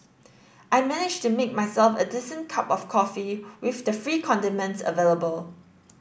I managed to make myself a decent cup of coffee with the free condiments available